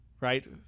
right